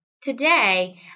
Today